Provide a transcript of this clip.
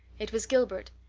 it was gilbert,